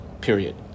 Period